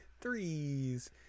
Threes